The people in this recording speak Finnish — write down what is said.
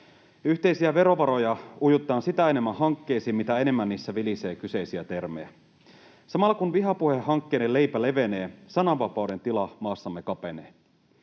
Yhteisiä verovaroja ujutetaan hankkeisiin sitä enemmän, mitä enemmän niissä vilisee kyseisiä termejä. Samalla kun vihapuhehankkeiden leipä levenee, sananvapauden tila maassamme kapenee.